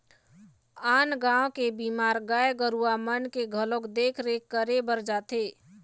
आन गाँव के बीमार गाय गरुवा मन के घलोक देख रेख करे बर जाथे